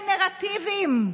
נכון.